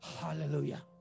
hallelujah